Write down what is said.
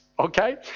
Okay